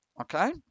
okay